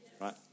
right